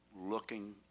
looking